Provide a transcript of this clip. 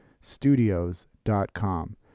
studios.com